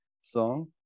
song